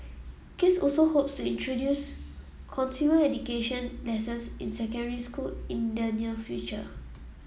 case also hopes introduce consumer education lessons in secondary school in the near future